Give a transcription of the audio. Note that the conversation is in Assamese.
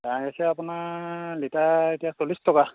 এৱা গাখীৰ আপোনাৰ লিটাৰ এতিয়া চল্লিছ টকা